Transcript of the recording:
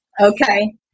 Okay